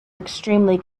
extremely